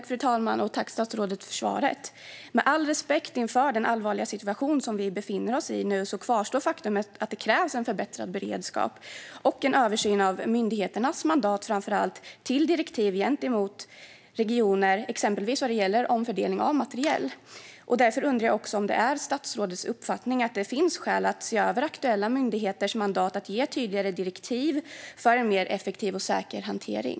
Fru talman! Tack, statsrådet, för svaret! Med all respekt för den allvarliga situation som vi befinner oss i nu kvarstår faktumet att det krävs en förbättrad beredskap och framför allt en översyn av myndigheternas mandat att ge direktiv till regioner vad gäller exempelvis omfördelning av materiel. Därför undrar jag om det är statsrådets uppfattning att det finns skäl att se över aktuella myndigheters mandat att ge tydligare direktiv för en mer effektiv och säker hantering.